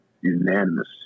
Unanimous